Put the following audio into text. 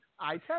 iTest